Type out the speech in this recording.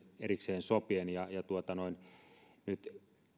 erikseen sopien ja nyt